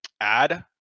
add